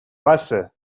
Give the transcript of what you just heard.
بسه